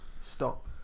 stop